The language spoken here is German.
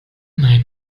nein